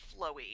flowy